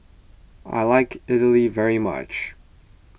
I like Idly very much